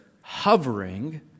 hovering